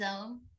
zone